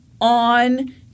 on